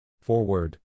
Forward